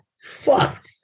fuck